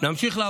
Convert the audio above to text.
חזק וברוך.